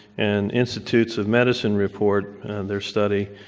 and institutes of medicine report their study.